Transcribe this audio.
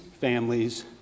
families